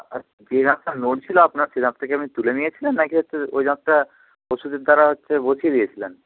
আর যে দাঁতটা নড়ছিল আপনার সে দাঁতটা কি আপনি তুলে নিয়েছিলেন না কি হচ্ছে ওই দাঁতটা ওষুধের দ্বারা হচ্ছে বসিয়ে দিয়েছিলেন